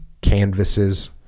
canvases